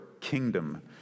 kingdom